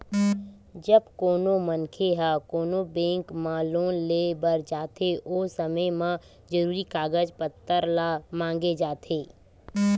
जब कोनो मनखे ह कोनो बेंक म लोन लेय बर जाथे ओ समे म जरुरी कागज पत्तर ल मांगे जाथे